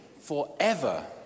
forever